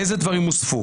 איזה דברים הוספו?